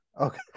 okay